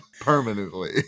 permanently